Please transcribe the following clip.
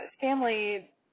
family